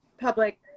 public